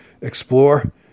explore